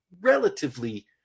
relatively